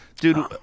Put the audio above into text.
Dude